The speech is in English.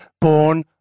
born